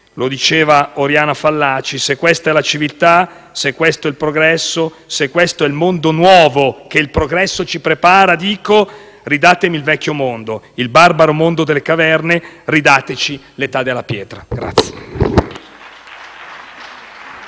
di Oriana Fallaci: «Se questa è la civiltà, se questo è il progresso, se questo è il mondo nuovo che il progresso ci prepara, dico: ridatemi il vecchio mondo, il barbaro mondo delle caverne. Ridatemi l'età della pietra».